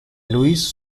lewis